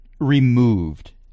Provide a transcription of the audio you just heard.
removed